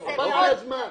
ברחובות.